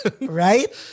Right